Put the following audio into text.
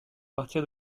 partir